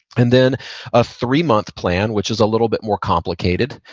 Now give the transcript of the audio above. and then a three-month plan, which is a little bit more complicated,